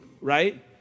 right